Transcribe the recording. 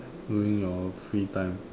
during your free time